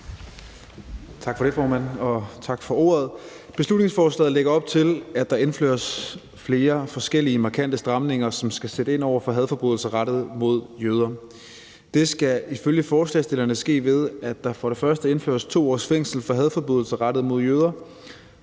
Tak for ordet, formand. Beslutningsforslaget lægger op til, at der indføres flere forskellige markante stramninger, som skal sætte ind over for hadforbrydelser rettet mod jøder. Det skal ifølge forslagsstillerne ske ved, at der indføres 2 års fængsel for hadforbrydelser rettet mod jøder;